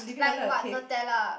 like what Nutella